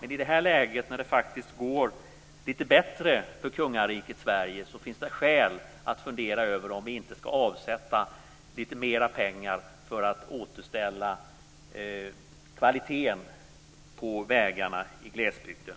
I det här läget, när det faktiskt går lite bättre för kungariket Sverige, finns det skäl att fundera över om vi inte ska avsätta lite mer pengar för att återställa kvaliteten på vägarna i glesbygden.